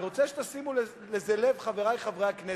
אני רוצה שתשימו לזה לב, חברי חברי הכנסת,